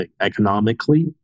economically